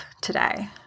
today